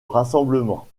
rassemblement